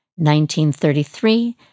1933